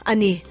Ani